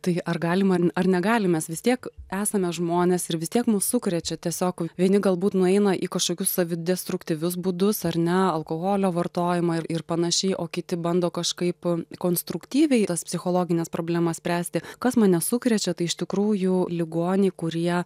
tai ar galim ar ar negalim mes vis tiek esame žmonės ir vis tiek mus sukrečia tiesiog vieni galbūt nueina į kažkokius savidestruktyvius būdus ar ne alkoholio vartojimą ir ir panašiai o kiti bando kažkaip konstruktyviai tas psichologines problemas spręsti kas mane sukrečia tai iš tikrųjų ligoniai kurie